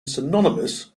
synonymous